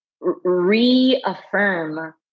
reaffirm